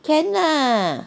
can lah